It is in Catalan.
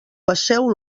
passeu